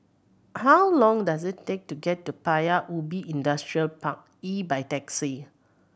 how long does it take to get to Paya Ubi Industrial Park E by taxi